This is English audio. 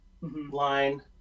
line